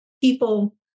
people